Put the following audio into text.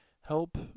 help